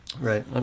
Right